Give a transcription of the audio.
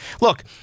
look